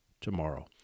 tomorrow